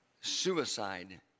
Suicide